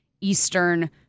Eastern